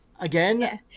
Again